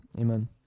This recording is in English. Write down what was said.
Amen